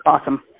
awesome